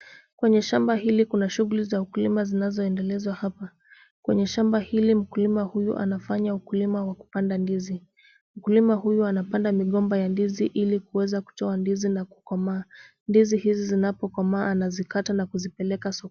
Kwenye shamba hili kuna shughuli za ukulima zinazoendelezwa hapa, kwenye shamba hili mkulima huyu anafanya ukulima wa kupanda ndizi, mkulima huyu anapanda migomba ya ndizi ili kuweza kutoa ndizi na kukomaa, ndizi hizi zinapokomaa anazikata na kuzipeleka sokoni.